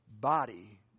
body